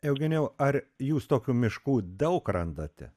eugenijau ar jūs tokių miškų daug randate